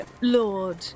Lord